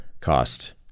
cost